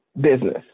business